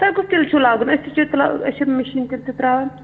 تۄہہِ کُس تِلہٕ چھُ لاگُن أسۍ تہِ چھِ تِل أسۍ چھِ مِشیٖن تِلہٕ تہِ ترٛاوَن